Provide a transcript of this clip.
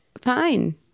fine